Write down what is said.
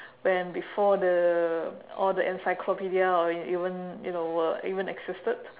when before the all the encyclopedia or when even you know were even existed